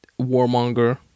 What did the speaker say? Warmonger